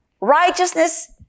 Righteousness